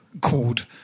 called